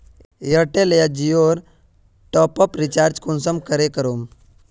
Airtel या जियोर top up recharge कुंसम करे करूम?